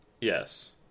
Yes